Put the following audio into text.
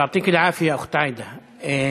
יעתיכ אל-עאפיה, אוח'ת עאידה.